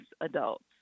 adults